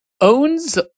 owns